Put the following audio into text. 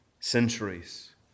Centuries